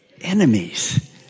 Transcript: enemies